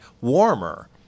warmer